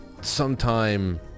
sometime